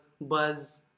Buzz